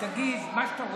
תגיד מה שאתה רוצה,